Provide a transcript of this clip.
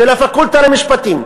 של הפקולטה למשפטים,